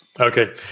Okay